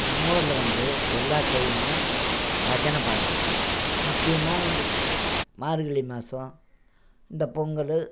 நம்ம ஊரில் வந்து எல்லா கோயில்லேயுமே பஜனை பாடுவாங்க முக்கியமாக இந்த மார்கழி மாதம் இந்த பொங்கல்